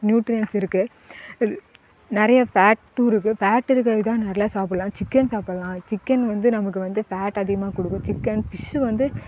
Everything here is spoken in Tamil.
நியூட்ரியன்ட்ஸ் இருக்குது நிறைய ஃபேட்டும் இருக்குது ஃபேட்டு இருக்கிறதுதான் நல்லா சாப்பிட்லாம் சிக்கன் சாப்பிட்லாம் சிக்கன் வந்து நமக்கு வந்து ஃபேட் அதிகமாக கொடுக்கும் சிக்கன் ஃபிஷ்ஷு வந்து